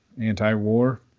anti-war